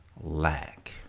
lack